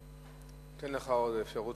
אני אתן לך עוד אפשרות,